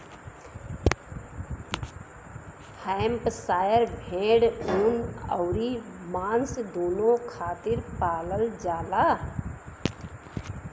Hampshire भेड़ ऊन अउरी मांस दूनो खातिर पालल जाला